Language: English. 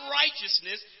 righteousness